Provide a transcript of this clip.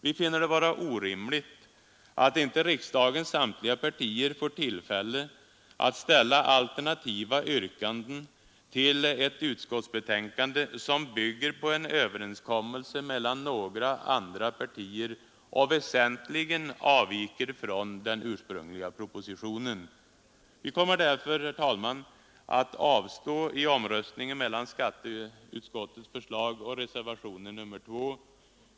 Vi finner det vara orimligt att inte riksdagens samtliga partier får tillfälle att ställa alternativa yrkanden till ett utskottsbetänkande som bygger på en överenskommelse mellan några av partierna och väsentligen avviker från den ursprungliga propositionen. Vi kommer därför att avstå från att rösta i voteringen om skatteutskottets förslag och reservationen 2.